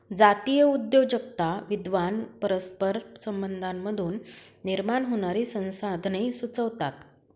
जातीय उद्योजकता विद्वान परस्पर संबंधांमधून निर्माण होणारी संसाधने सुचवतात